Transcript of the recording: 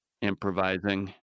improvising